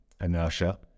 inertia